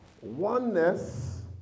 Oneness